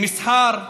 למסחר,